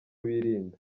birinda